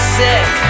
sick